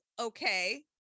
Okay